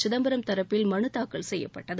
சிதம்பரம் தரப்பில் மனுதாக்கல் செய்யப்பட்டது